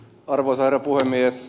arvoisa herra puhemies